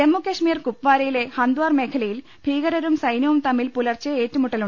ജമ്മുകശ്മീർ കുപ്വാരയിലെ ഹന്ദാർ മേഖലയിൽ ഭീകരരും സൈന്യവും തമ്മിൽ ഏറ്റുമുട്ടൽ